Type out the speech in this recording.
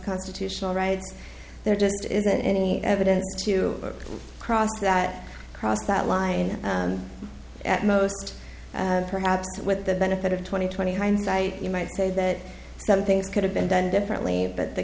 constitutional rights there just isn't any evidence to cross that cross that line at most perhaps with the benefit of twenty twenty hindsight you might say that some things could have been done differently but the